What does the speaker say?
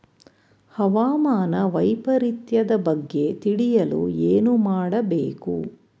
ಹವಾಮಾನ ವೈಪರಿತ್ಯದ ಬಗ್ಗೆ ತಿಳಿಯಲು ಏನು ಮಾಡಬೇಕು?